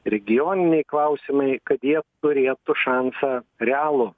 regioniniai klausimai kad jie turėtų šansą realų